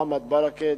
מוחמד ברכה,